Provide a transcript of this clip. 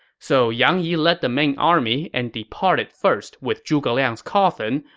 so yang yi led the main army and departed first with zhuge liang's coffin,